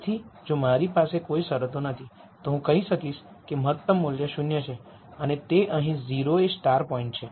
તેથી જો મારી પાસે કોઈ શરતો નથી તો હું કહીશ કે મહત્તમ મૂલ્ય 0 છે અને તે અહીં 0 એ સ્ટાર પોઇન્ટ છે